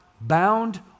bound